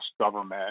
government